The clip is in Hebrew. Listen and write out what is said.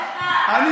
מי אתה בכלל?